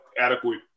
adequate